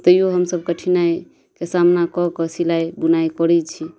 तैयो हमसब कठिनाइ शके सामना कऽ कऽ सिलाइ बुनाइ करै छी